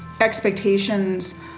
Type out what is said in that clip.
expectations